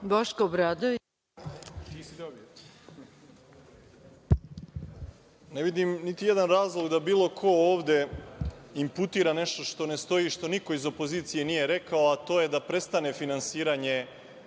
**Boško Obradović** Ne vidim niti jedan razlog da bilo ko ovde imputira nešto što ne stoji, što niko iz opozicije nije rekao, a to je da prestane finansiranje